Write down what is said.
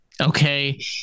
Okay